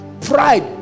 pride